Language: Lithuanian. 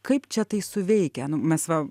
kaip čia tai suveikia nu mes va